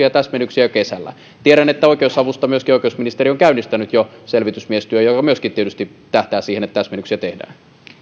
ja täsmennyksiä jo kesällä tiedän että oikeusavusta myöskin oikeusministeri on käynnistänyt jo selvitysmiestyön joka myöskin tietysti tähtää siihen että täsmennyksiä tehdään